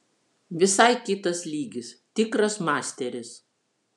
visai kitas lygis tikras masteris